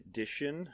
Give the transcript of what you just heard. Edition